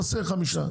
לחמישה,